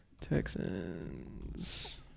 Texans